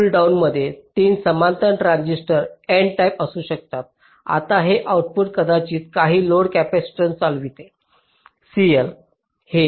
पुल डाउनमध्ये 3 समांतर transistor n type असू शकतात आता हे आउटपुट कदाचित काही लोड कॅपेसिटीन्स चालविते CL हे VDD आहे